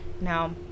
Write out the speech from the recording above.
now